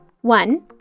One